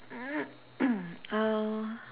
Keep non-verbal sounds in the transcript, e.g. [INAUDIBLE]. [COUGHS] uh